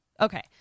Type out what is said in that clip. Okay